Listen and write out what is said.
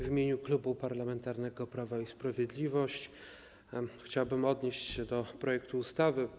W imieniu Klubu Parlamentarnego Prawo i Sprawiedliwość chciałbym odnieść się do projektu uchwały.